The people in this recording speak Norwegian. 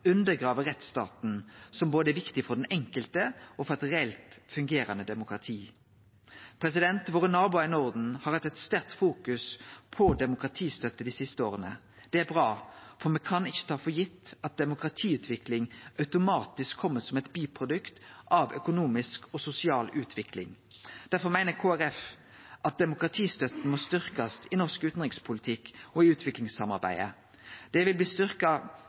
rettsstaten, som er viktig både for den enkelte og for eit reelt fungerande demokrati. Våre naboar i Norden har fokusert sterkt på demokratistøtte dei siste åra. Det er bra, for me kan ikkje ta for gitt at demokratiutvikling automatisk kjem som eit biprodukt av økonomisk og sosial utvikling. Derfor meiner Kristeleg Folkeparti at demokratistøtta må styrkjast i norsk utanrikspolitikk og i utviklingssamarbeidet. Det vil